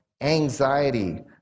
anxiety